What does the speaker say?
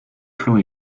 plan